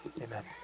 amen